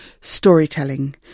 storytelling